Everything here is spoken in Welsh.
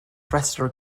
rhestr